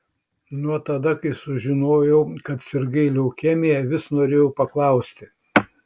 nuo tada kai sužinojau kad sirgai leukemija vis norėjau paklausti